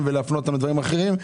ולהפנות אותם לדברים אחרים --- נכון.